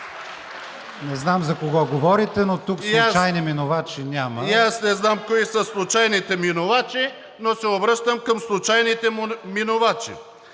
не знам за кого говорите, но тук случайни минувачи няма. МУСТАФА КАРАДАЙЪ: И аз не знам кои са случайните минувачи, но се обръщам към случайните минувачи.